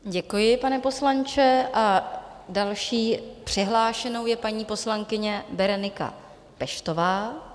Děkuji, pane poslanče, a další přihlášenou je paní poslankyně Berenika Peštová.